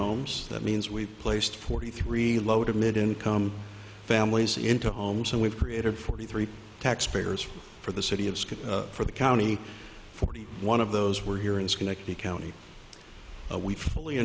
homes that means we placed forty three low to mid income families into homes and we've created forty three taxpayers for the city of school for the county forty one of those were here in schenectady county and we fully